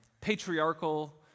patriarchal